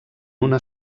una